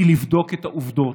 זה לבדוק את העובדות.